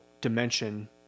dimension